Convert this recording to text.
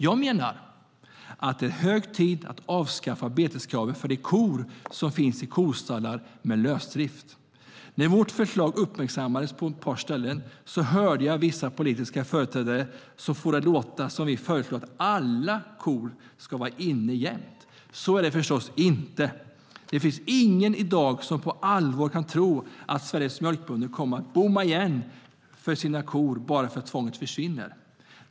Jag menar att det är hög tid att avskaffa beteskravet för de kor som finns i kostall med lösdrift. När detta förslag uppmärksammades på ett par ställen hörde jag vissa politiska företrädare som fick det att låta som om vi föreslog att alla kor ska vara inne jämt. Så är det förstås inte. Det finns ingen som i dag på allvar kan tro att Sveriges mjölkbönder kommer att bomma igen för sina kor bara för att tvånget försvinner.